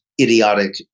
idiotic